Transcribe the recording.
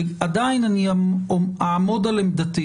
עדיין אני אעמוד על עמדתי